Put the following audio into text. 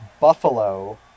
buffalo